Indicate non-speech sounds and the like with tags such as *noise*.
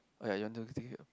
!aiya! you want to *noise*